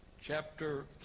chapter